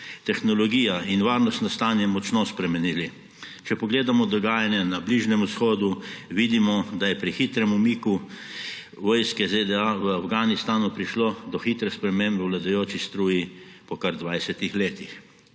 tehnologija in varnostno stanje močno spremenili. Če pogledamo dogajanje na Bližnjem vzhodu, vidimo, da je pri hitrem umiku vojske ZDA v Afganistanu prišlo do hitre spremembe v vladajoči struji po kar 20 letih.